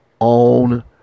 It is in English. own